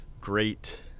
great